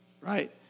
Right